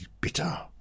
bitter